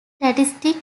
statistics